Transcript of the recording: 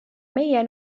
meie